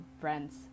friends